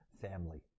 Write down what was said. family